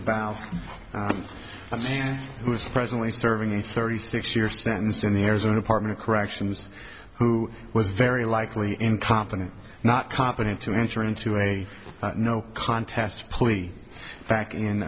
about a man who is presently serving a thirty six year sentence in the arizona department of corrections who was very likely incompetent not competent to enter into a no contest plea back in